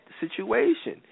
situation